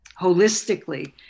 holistically